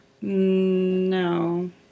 No